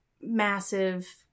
massive